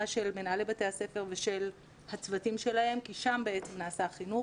של מנהלי בתי הספר ושל הצוותים שלהם כי שם נעשה החינוך,